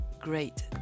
great